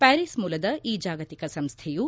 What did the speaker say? ಪ್ಲಾರೀಸ್ ಮೂಲದ ಈ ಜಾಗತಿಕ ಸಂಸ್ಟೆಯು